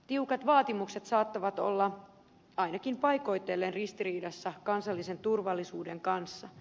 tiukat vaatimukset saattavat olla ainakin paikoitellen ristiriidassa kansallisen turvallisuuden kanssa